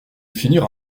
définir